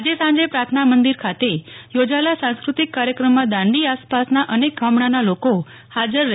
આજે સાંજે પ્રાર્થના મંદિર ખાતે યોજાયેલા સાંસ્ક્રુતિક કાર્યક્રમમાં દાંડી આસપાસના અનેક ગામડાના લોકો હાજર રહેવાના છે